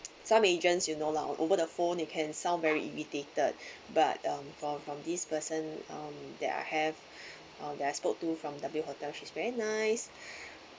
some agents you know lah on over the phone you can sound very irritated but um from from this person um that I have um that I spoke to from w hotel she's very nice